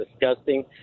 disgusting